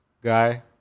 guy